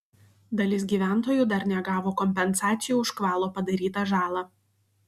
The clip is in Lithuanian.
dalis gyventojų dar negavo kompensacijų už škvalo padarytą žalą